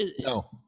No